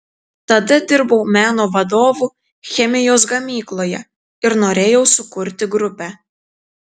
tada dirbau meno vadovu chemijos gamykloje ir norėjau sukurti grupę